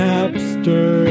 Napster